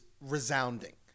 resounding